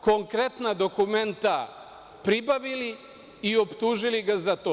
Konkretna dokumenta pribavili i optužili ga za to.